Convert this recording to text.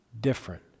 different